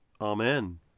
Amen